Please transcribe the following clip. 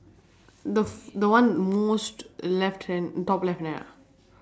the f~ the one most left hand on top left there ah